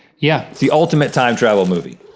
yeah. it's the ultimate time travel movie.